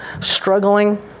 struggling